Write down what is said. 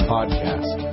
Podcast